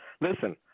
listen